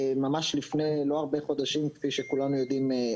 ממש לפני לא הרבה חודשים כפי שכולנו יודעים,